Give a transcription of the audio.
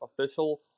official